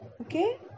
Okay